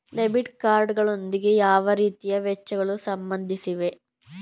Debit card ಗಳೊಂದಿಗೆ ಯಾವ ರೀತಿಯ ವೆಚ್ಚಗಳು ಸಂಬಂಧಿಸಿವೆ?